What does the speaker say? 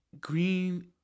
Green